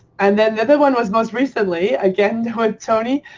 and then then the one was most recently, again, with tony.